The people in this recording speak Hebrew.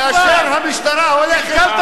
כאשר המשטרה הולכת, שב כבר.